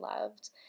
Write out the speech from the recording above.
loved